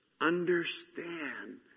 Understand